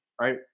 right